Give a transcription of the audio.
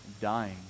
dying